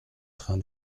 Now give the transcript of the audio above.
train